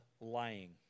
lying